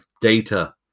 data